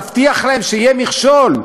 להבטיח להם שיהיה מכשול,